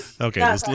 Okay